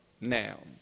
now